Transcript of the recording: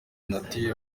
nature